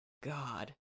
God